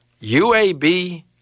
UAB